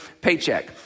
paycheck